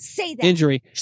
injury